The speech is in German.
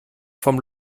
vom